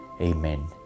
Amen